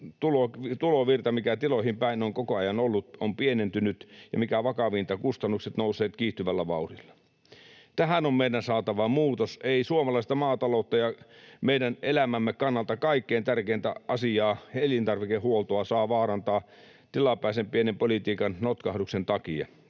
tulovirta, mikä tiloihin päin on koko ajan ollut, on pienentynyt, ja mikä vakavinta, kustannukset ovat nousseet kiihtyvällä vauhdilla. Tähän meidän on saatava muutos. Ei suomalaista maataloutta ja meidän elämämme kannalta kaikkein tärkeintä asiaa, elintarvikehuoltoa, saa vaarantaa tilapäisen pienen politiikan notkahduksen takia.